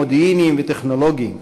מודיעיניים וטכנולוגיים,